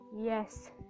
yes